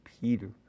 Peter